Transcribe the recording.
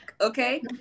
okay